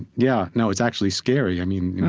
yeah, no, it's actually scary. yeah